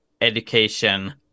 education